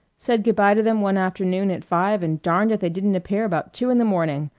said good-by to them one afternoon at five and darned if they didn't appear about two in the morning.